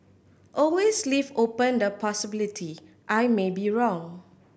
always leave open the possibility I may be wrong